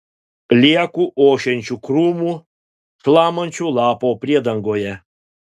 lieku ošiančių krūmų šlamančių lapų priedangoje